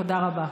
תודה רבה.